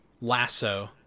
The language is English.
lasso